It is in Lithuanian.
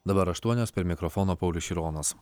dabar aštuonios prie mikrofono paulius šironas